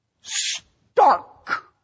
...stark